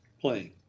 playing